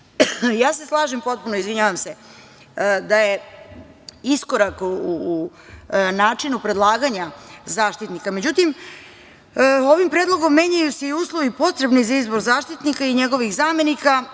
se potpuno da je iskorak u načinu predlaganja Zaštitnika. Međutim, ovim predlogom menjaju se i uslovi potrebni za izbor Zaštitnika i njegovih zamenika,